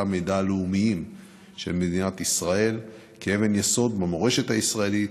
המידע הלאומיים של מדינת ישראל כאבן יסוד במורשת הישראלית,